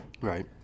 Right